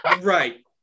Right